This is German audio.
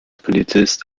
polizist